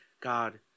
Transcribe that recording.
God